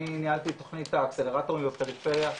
אני ניהלתי את תוכנית האקסלרטורים בפריפריה,